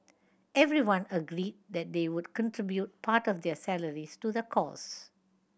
everyone agreed that they would contribute part of their salaries to the causes